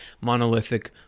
monolithic